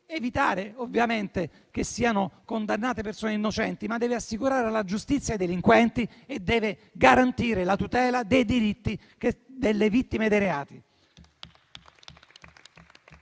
evitare che siano condannate persone innocenti, ma deve assicurare alla giustizia i delinquenti e garantire la tutela dei diritti delle vittime dei reati.